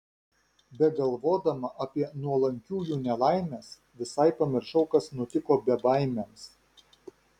begalvodama apie nuolankiųjų nelaimes visai pamiršau kas nutiko bebaimiams